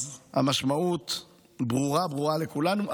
אז המשמעות ברורה, ברורה, לכולנו.